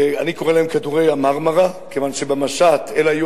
אני קורא להם "כדורי המרמרה" כיוון שאלה היו